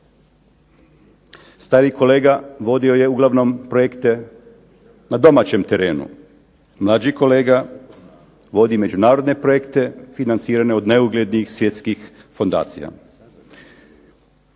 Stariji kolega vodio je uglavnom projekte na domaćem terenu, mlađi kolege vodi međunarodne projekte financirane od najuglednijih svjetskih fondacija.